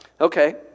Okay